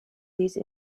these